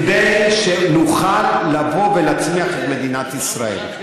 כדי שנוכל לבוא ולהצמיח את מדינת ישראל.